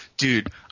Dude